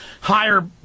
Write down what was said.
higher